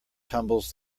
tumbles